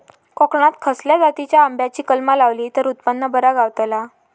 कोकणात खसल्या जातीच्या आंब्याची कलमा लायली तर उत्पन बरा गावताला?